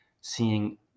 seeing